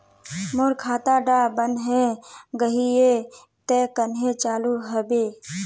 मोर खाता डा बन है गहिये ते कन्हे चालू हैबे?